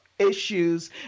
Issues